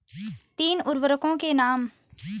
तीन उर्वरकों के नाम?